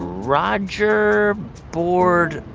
roger boredo,